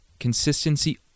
consistency